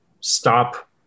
stop